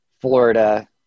Florida